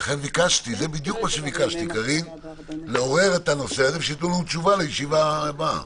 לכן ביקשתי לעורר את הנושא הזה ושיתנו לנו תשובה בישיבה הבאה.